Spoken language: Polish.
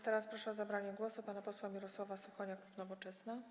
Teraz proszę o zabranie głosu pana posła Mirosława Suchonia, klub Nowoczesna.